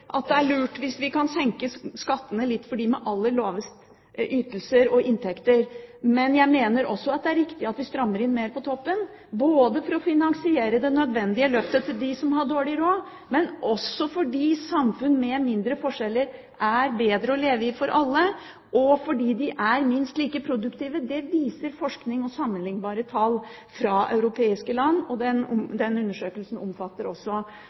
også at det er riktig at vi strammer inn mer på toppen, ikke bare for å finansiere et nødvendig løft for dem som har dårlig råd, men også fordi samfunn med mindre forskjeller er bedre å leve i for alle og minst like produktive. Det viser forskning og sammenlignbare tall fra europeiske land. Den undersøkelsen omfatter også